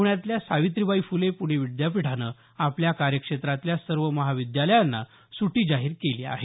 पुण्यातल्या सावित्रीबाई फुले पुणे विद्यापीठानं आपल्या कार्य क्षेत्रातल्या सर्व महाविद्यालयांना सुटी जाहीर केली आहे